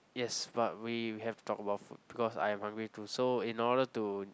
yes but we have to talk about food because I'm hungry too so in order to